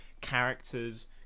characters